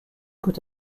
peut